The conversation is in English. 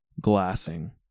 glassing